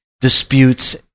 disputes